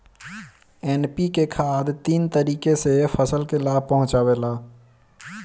NPK खाद तीन तरीके से फसल के लाभ पहुंचावेला